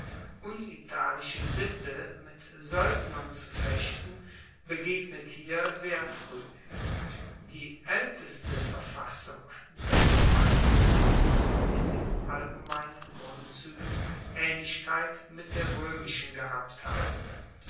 unitalische sitte mit soeldnern zu fechten begegnet hier sehr frueh die aelteste verfassung der gemeinden muss in den allgemeinen grundzuegen aehnlichkeit mit der roemischen gehabt haben